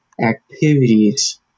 activities